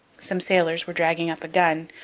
some sailors were dragging up a gun,